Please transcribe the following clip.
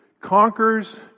conquers